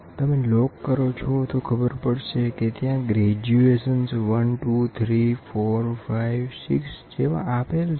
તમે લોક કરો છો તો ખબર પડશે કે ત્યાં કાપા 1 2 3 4 5 6 આપેલ છે